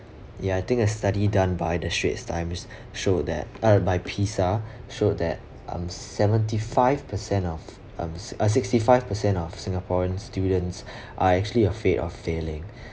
ya I think a study done by the straits times showed that uh by P_I_S_A showed that um seventy five percent of um uh sixty five percent of singaporeans students are actually afraid of failing